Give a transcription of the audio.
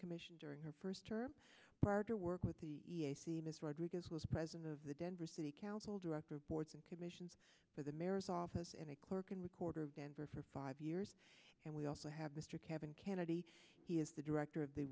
commission during her first term partner work with the rodriguez was president of the denver city council director boards and commissions for the mayor's office and a clerk in recorder of denver for five years and we also have mr kevin kennedy he is the director of the